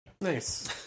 Nice